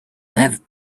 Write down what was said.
have